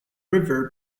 river